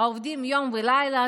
עובדים יום ולילה,